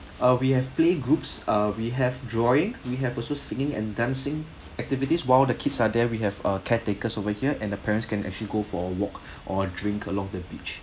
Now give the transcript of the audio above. uh we have play groups uh we have drawing we have also singing and dancing activities while the kids are there we have ah caretakers over here and the parents can actually go for a walk or drink along the beach